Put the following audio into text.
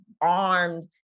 armed